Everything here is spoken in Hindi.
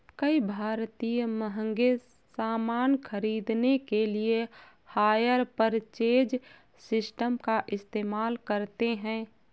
कई भारतीय महंगे सामान खरीदने के लिए हायर परचेज सिस्टम का इस्तेमाल करते हैं